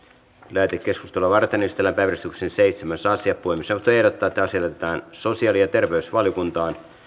lähetekeskustelua varten esitellään päiväjärjestyksen seitsemäs asia puhemiesneuvosto ehdottaa että asia lähetetään sosiaali ja terveysvaliokuntaan